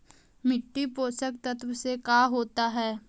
मिट्टी पोषक तत्त्व से का होता है?